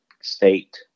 state